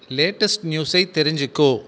latest நியூஸை தெரிஞ்சுக்கோ